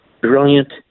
brilliant